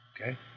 okay